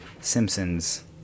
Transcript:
Simpsons